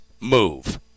move